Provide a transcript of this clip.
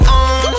on